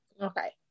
okay